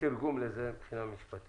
מה התרגום לזה, מבחינה משפטית?